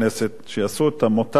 שיעשו את המוטל עליהם